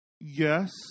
Yes